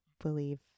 believe